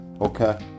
Okay